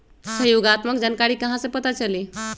सहयोगात्मक जानकारी कहा से पता चली?